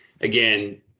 again